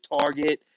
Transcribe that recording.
target